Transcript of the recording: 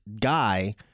guy